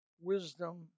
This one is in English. wisdom